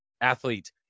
athlete